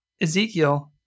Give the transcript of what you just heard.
Ezekiel